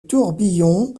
tourbillon